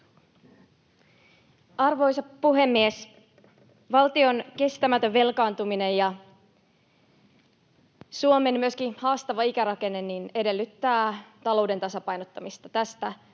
Arvoisa puhemies! Valtion kestämätön velkaantuminen ja myöskin Suomen haastava ikärakenne edellyttävät talouden tasapainottamista. Tästä